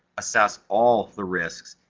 assess all the risks,